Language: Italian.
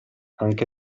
anche